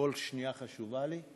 כל שנייה חשובה לי.